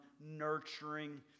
nurturing